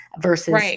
versus